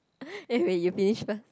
you finish first